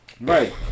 Right